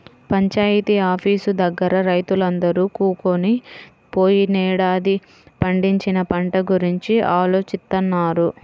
panchayat office దగ్గర రైతులందరూ కూకొని పోయినేడాది పండించిన పంట గురించి ఆలోచిత్తన్నారు